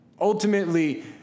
Ultimately